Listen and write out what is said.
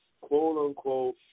quote-unquote